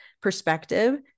perspective